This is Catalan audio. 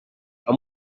amb